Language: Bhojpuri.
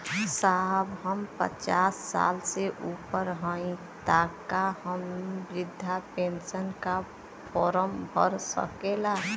साहब हम पचास साल से ऊपर हई ताका हम बृध पेंसन का फोरम भर सकेला?